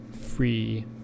free